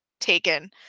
taken